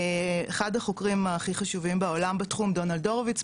אחד החוקרים הכי חשובים בעולם בתחום דונלד הורוביץ,